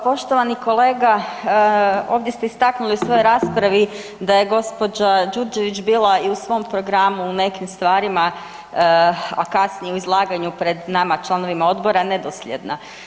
Poštovani kolega, ovdje ste istaknuli u svojoj raspravi da je gđa. Đurđević bila i u svom programu u nekim stvarima a kasnije u izlaganju pred nama članovima odbora, nedosljedna.